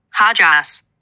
Hajas